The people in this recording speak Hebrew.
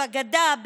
בגדה,